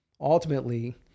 Ultimately